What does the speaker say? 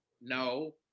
No